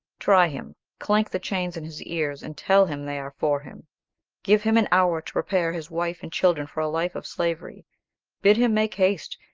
try him! clank the chains in his ears, and tell him they are for him give him an hour to prepare his wife and children for a life of slavery bid him make haste,